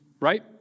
right